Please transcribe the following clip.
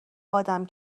آدم